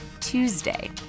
Tuesday